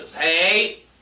Hey